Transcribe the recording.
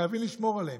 חייבים לשמור עליהן.